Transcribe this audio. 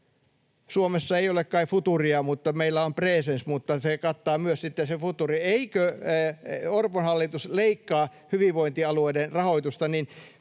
suomessa ei ole kai futuuria, mutta meillä on preesens, ja se kattaa myös sitten sen futuurin. Eikö Orpon hallitus leikkaa hyvinvointialueiden rahoitusta,